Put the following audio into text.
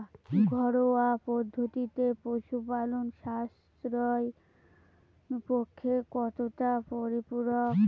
ঘরোয়া পদ্ধতিতে পশুপালন স্বাস্থ্যের পক্ষে কতটা পরিপূরক?